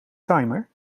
timer